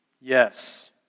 Yes